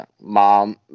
Mom